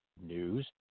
News